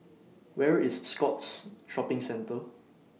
Where IS Scotts Shopping Centre